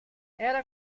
era